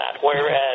Whereas